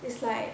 it's like